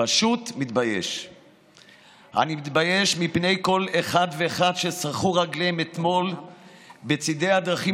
מתבייש מפני כל אחד וכל משפחה שהגיעו או יצאו